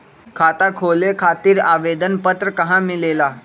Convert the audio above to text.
खाता खोले खातीर आवेदन पत्र कहा मिलेला?